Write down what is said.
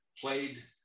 played